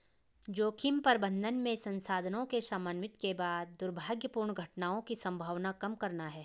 जोखिम प्रबंधन में संसाधनों के समन्वित के बाद दुर्भाग्यपूर्ण घटनाओं की संभावना कम करना है